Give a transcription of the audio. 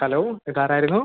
hello ഇതാരായിരുന്നു